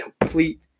complete